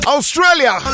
Australia